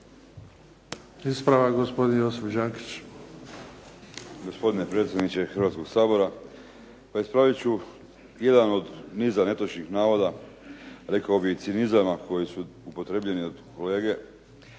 Ispravak gospodin Josip Đakić.